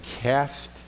cast